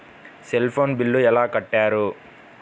Cell phone bill ఎలా కట్టారు?